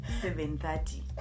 7:30